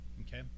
okay